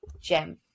gem